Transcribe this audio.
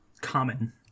common